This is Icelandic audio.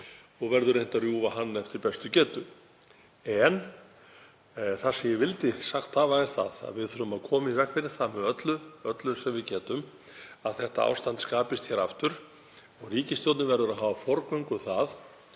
og verður reynt að rjúfa hann eftir bestu getu. En það sem ég vildi sagt hafa er að við þurfum að koma í veg fyrir það með öllu þeim ráðum sem við eigum að þetta ástand skapist aftur. Ríkisstjórnin verður að hafa forgöngu um